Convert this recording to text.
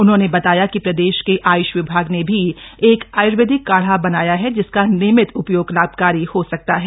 उन्होंने बताया कि प्रदेश के आय्ष विभाग ने भी एक आय्वेदिक काढ़ा बनाया है जिसका नियमित उपयोग लाभकारी हो सकता है